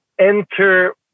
Enter